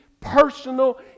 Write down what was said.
personal